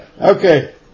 Okay